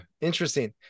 Interesting